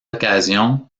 occasion